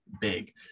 big